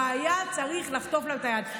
והיה צריך לחטוף לה מהיד.